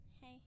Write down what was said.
Hey